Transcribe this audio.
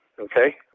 okay